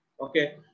okay